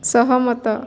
ସହମତ